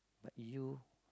but you